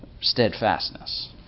Steadfastness